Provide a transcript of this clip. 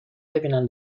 ببینن